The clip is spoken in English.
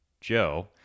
Joe